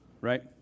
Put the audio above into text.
right